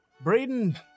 braden